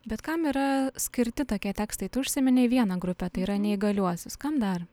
bet kam yra skirti tokie tekstai tu užsiminei vieną grupę tai yra neįgaliuosius kam dar